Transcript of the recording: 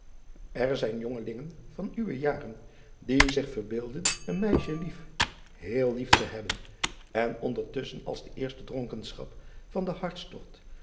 r zijn jongelingen van uwe jaren die zich verbeelden een meisje lief heel lief te hebben en ondertusschen als de eerste dronkenschap van den hartstogt